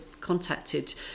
contacted